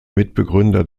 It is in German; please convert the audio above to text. mitbegründer